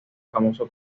famoso